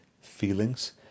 feelings